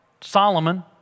Solomon